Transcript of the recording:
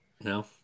No